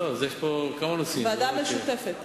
ועדה משותפת.